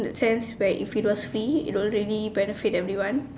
in the sense where if it was free it would already benefit everyone